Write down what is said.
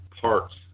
parts